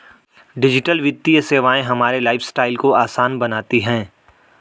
digital वित्तीय सेवाएं हमारे लाइफस्टाइल को आसान बनाती हैं